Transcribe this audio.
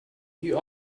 you